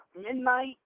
midnight